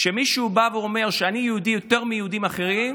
כשמישהו בא ואומר: אני יהודי יותר מיהודים אחרים,